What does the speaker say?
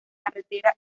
carretera